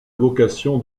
vocation